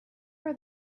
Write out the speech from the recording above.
are